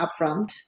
upfront